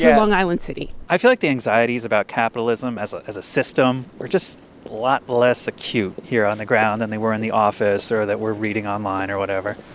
yeah long island city i feel like the anxieties about capitalism as ah as a system are just a lot less acute here on the ground than they were in the office or that we're reading online or whatever